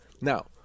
Now